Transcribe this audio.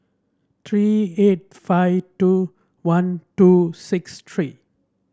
three eight five two one two six three